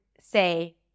say